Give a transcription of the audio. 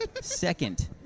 Second